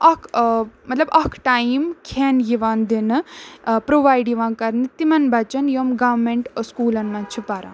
اَکھ مطلب اَکھ ٹایم کھٮ۪ن یِوان دِنہٕ پرٛووایڈ یِوان کَرنہٕ تِمَن بَچَن یِم گارمٮ۪نٛٹ سکوٗلَن منٛز چھِ پَران